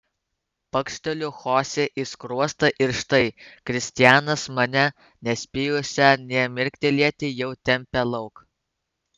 pakšteliu chosė į skruostą ir štai kristianas mane nespėjusią nė mirktelėti jau tempia lauk